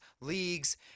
leagues